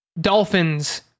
Dolphins